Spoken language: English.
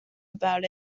about